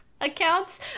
accounts